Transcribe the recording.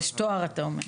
יש תואר, אתה אומר.